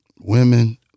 Women